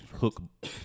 Hook